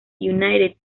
united